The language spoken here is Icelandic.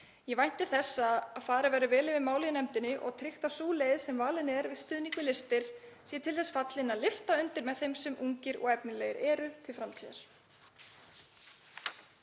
Ég vænti þess að farið verði vel yfir málið í nefndinni og tryggt að sú leið sem valin er við stuðning við listir sé til þess fallin að lyfta undir með þeim sem ungir og efnilegir eru til framtíðar.